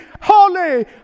Holy